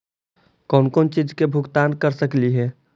कौन कौन चिज के भुगतान कर सकली हे?